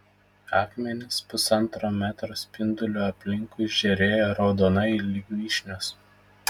akmenys pusantro metro spinduliu aplinkui žėrėjo raudonai lyg vyšnios